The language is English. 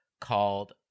called